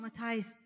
traumatized